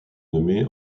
nommée